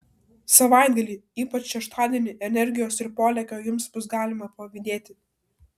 savaitgalį ypač šeštadienį energijos ir polėkio jums bus galima pavydėti